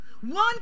One